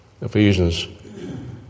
Ephesians